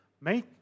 Make